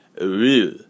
Real